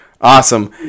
Awesome